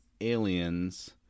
Aliens